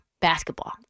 basketball